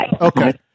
Okay